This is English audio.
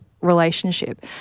Relationship